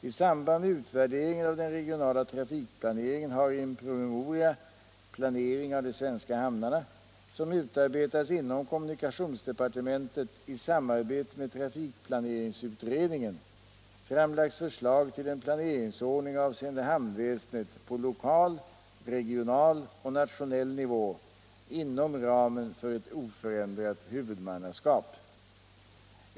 I samband med utvärderingen av den regionala trafikpla Om ett planeringsneringen har i en promemoria, Planering av de svenska hamnarna, som system för det utarbetats inom kommunikationsdepartementet i samarbete med trafik = svenska hamnväplaneringsutredningen, framlagts förslag till en planeringsordning avse = sendet, m.m. ende hamnväsendet på lokal, regional och nationell nivå inom ramen för ett oförändrat huvudmannaskap.